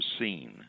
seen